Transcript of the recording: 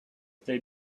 they